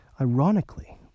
ironically